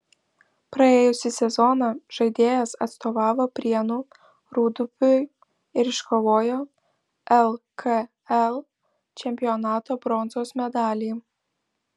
praėjusį sezoną žaidėjas atstovavo prienų rūdupiui ir iškovojo lkl čempionato bronzos medalį